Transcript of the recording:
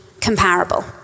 comparable